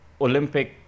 Olympic